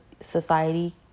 society